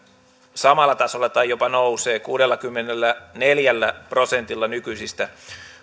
samalla tasolla tai jopa nousee kuudellakymmenelläneljällä prosentilla nykyisistä